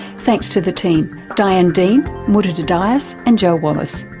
thanks to the team diane dean, muditha dias and joe wallace.